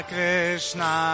Krishna